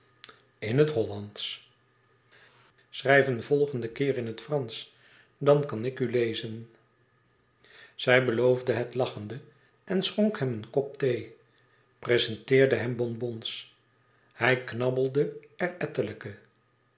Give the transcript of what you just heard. in het hollandsch schrijf een volgenden keer in het fransch dan kan ik u lezen zij beloofde het lachende en schonk hem een kop thee prezenteerde hem bonbons hij knabbelde er ettelijke